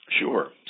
Sure